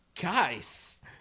guys